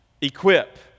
equip